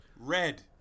Red